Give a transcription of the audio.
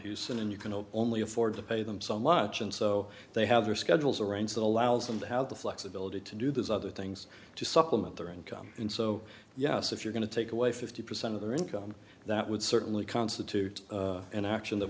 hewson and you can only afford to pay them so much and so they have their schedules arranged that allows them to have the flexibility to do those other things to supplement their income and so yes if you're going to take away fifty percent of their income that would certainly constitute an action that